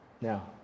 now